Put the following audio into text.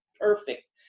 perfect